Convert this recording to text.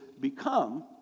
become